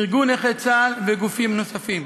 ארגון נכי צה"ל וגופים נוספים.